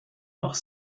noch